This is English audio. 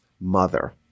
mother